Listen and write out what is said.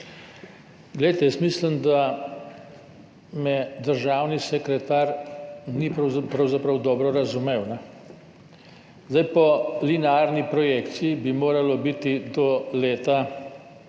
SDS):** Jaz mislim, da me državni sekretar pravzaprav ni dobro razumel. Po linearni projekciji bi moralo biti do leta